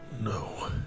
No